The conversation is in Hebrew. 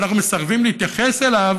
אנחנו מסרבים להתייחס אליו